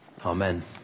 Amen